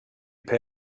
pay